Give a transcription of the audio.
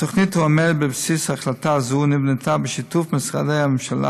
התוכנית העומדת בבסיס החלטה זו נבנתה בשיתוף משרדי הממשלה